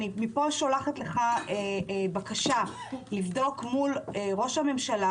מפה אני שולחת לך בקשה לבדוק מול ראש הממשלה,